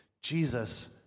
Jesus